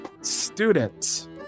Students